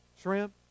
Shrimp